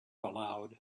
aloud